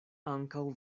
ankaŭ